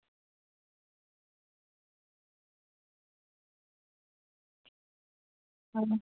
आं